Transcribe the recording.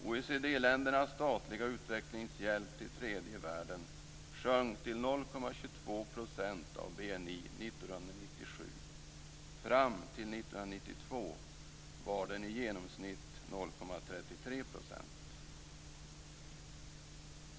OECD-ländernas statliga utvecklingshjälp till tredje världen sjönk till 0,22 % av BNI år 1997. Fram till år 1992 var den i genomsnitt 0,33 %.